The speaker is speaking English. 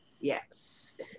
Yes